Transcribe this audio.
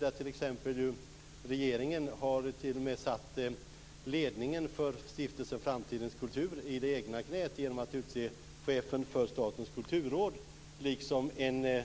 Nu har regeringen t.o.m. satt ledningen för Stiftelsen framtidens kultur i det egna knäet genom att utse chefen för Statens kulturråd samt en